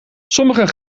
sommige